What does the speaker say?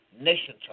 Nation